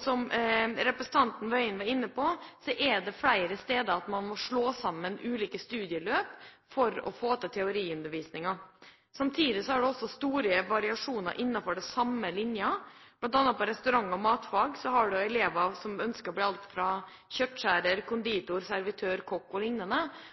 Som representanten Wøien var inne på, er det flere steder at man må slå sammen ulike studieløp for å få til teoriundervisningen. Samtidig er det også store variasjoner innenfor den samme linjen. På bl.a. restaurant- og matfag har man elever som ønsker å bli alt fra kjøttskjærer til konditor, servitør, kokk